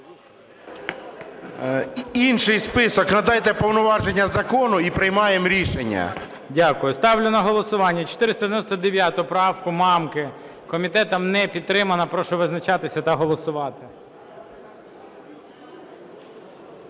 інший список, надайте повноваження закону - і приймаємо рішення. ГОЛОВУЮЧИЙ. Дякую. Ставлю на голосування 499 правку Мамки. Комітетом не підтримана. Прошу визначатися та голосувати.